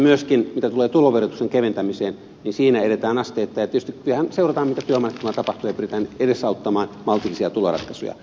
myöskin mitä tulee tuloverotuksen keventämiseen siinä edetään asteittain ja kyllähän tietysti seurataan mitä työmarkkinoilla tapahtuu ja pyritään edesauttamaan maltillisia tuloratkaisuja